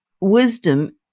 Wisdom